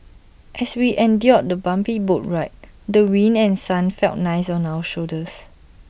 as we endured the bumpy boat ride the wind and sun felt nice on our shoulders